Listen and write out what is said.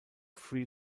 free